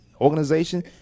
organization